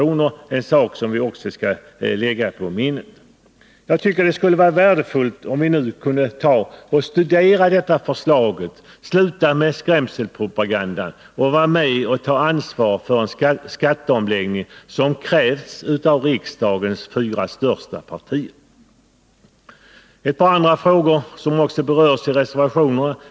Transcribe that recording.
Det är en regel som vi också skall lägga på minnet. Det vore värdefullt om alla nu kunde studera förslaget, sluta med skrämselpropagandan och vara med och ta ansvar för en skatteomläggning som har krävts av riksdagens fyra största partier. Jag vill ta upp ett par andra frågor som berörs i reservationerna.